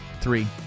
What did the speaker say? three